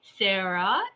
Sarah